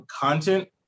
content